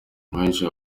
benshi